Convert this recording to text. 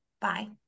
bye